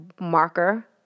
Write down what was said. marker